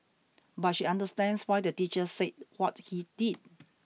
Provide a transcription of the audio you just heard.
but she understands why the teacher said what he did